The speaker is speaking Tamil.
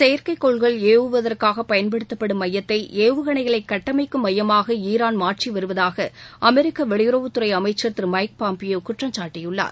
செயற்கைக்கோள்கள் ஏவுவதற்காக பயன்படுத்தப்படும் மையத்தை ஏவுகணைகளை கட்டமைக்கும் மையமாக ஈரான் மாற்றி வருவதாக அமெரிக்க வெளியுறவுத்துறை அமைச்சர் திரு மைக் பாம்பியோ குற்றம்சாட்டியுள்ளார்